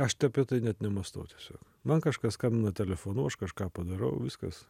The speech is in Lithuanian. aš tai apie tai net nemąstau tiesiog man kažkas skambina telefonu aš kažką padarau viskas